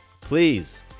please